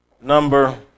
number